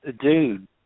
dude